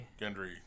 Gendry